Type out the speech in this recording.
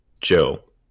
Joe